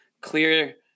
clear